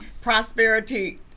prosperity